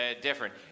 different